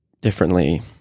differently